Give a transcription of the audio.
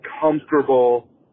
comfortable